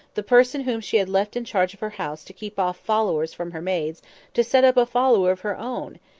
the person whom she had left in charge of her house to keep off followers from her maids to set up a follower of her own!